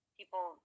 people